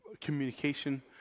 communication